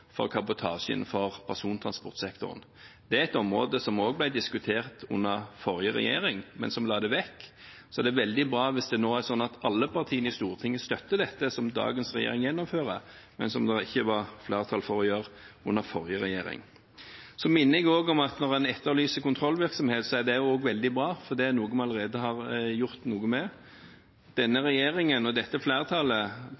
for kabotasje innenfor persontransportsektoren. Det er et område som også ble diskutert under forrige regjering, som la det vekk, så det er veldig bra hvis det nå er slik at alle partiene i Stortinget støtter dette som dagens regjering gjennomfører, men som det ikke var flertall for å gjøre under forrige regjering. Så minner jeg om at når en etterlyser kontrollvirksomhet, er det også veldig bra, for det er noe vi allerede har gjort noe med. Denne regjeringen og dette flertallet